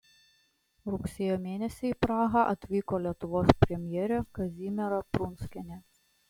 rugsėjo mėnesį į prahą atvyko lietuvos premjerė kazimiera prunskienė